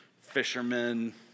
fishermen